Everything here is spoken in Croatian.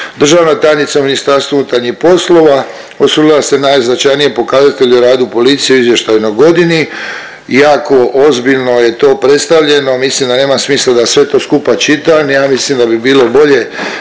Državna tajnica u MUP-u osvrnula se o najznačajnijem pokazatelju rada policije u izvještajnoj godini i jako ozbiljno je to predstavljeno. Mislim da nema smisla da sve to skupa čitam, ja mislim da bi bilo bolje